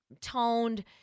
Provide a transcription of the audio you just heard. toned